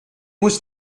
was